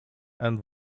and